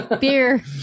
Beer